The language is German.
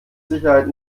sicherheit